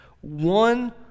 one